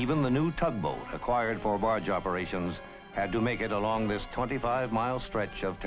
even the new tugboat acquired by barge operations had to make it along this twenty five mile stretch of